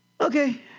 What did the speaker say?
okay